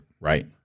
right